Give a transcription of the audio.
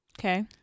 Okay